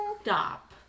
Stop